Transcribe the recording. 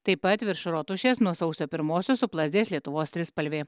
taip pat virš rotušės nuo sausio pirmosios suplazdės lietuvos trispalvė